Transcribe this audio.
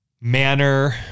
manner